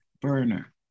burner